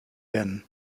been